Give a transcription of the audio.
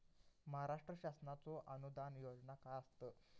महाराष्ट्र शासनाचो अनुदान योजना काय आसत?